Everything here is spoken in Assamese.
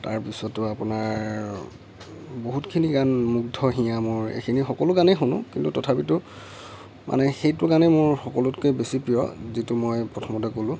তাৰপিছতো আপোনাৰ বহুতখিনি গান 'মুগ্ধ হিয়া মোৰ' এইখিনি সকলো গানেই শুনো কিন্তু তথাপিতো মানে সেইটো গানেই মোৰ সকলোতকৈ বেছি প্ৰিয় যিটো মই প্ৰথমতে কলোঁ